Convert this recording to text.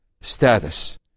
status